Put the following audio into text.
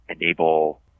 enable